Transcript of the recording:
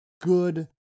good